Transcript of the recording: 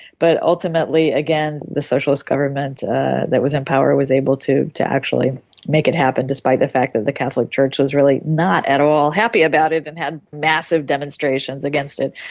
but ultimately, again, the socialist government that was in power was able to to actually make it happen, despite the fact that the catholic church was really not at all happy about it and had massive demonstrations against it.